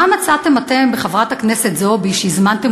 מה מצאתם אתם בחברת הכנסת זועבי שהזמנתם